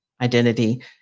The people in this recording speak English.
identity